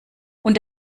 und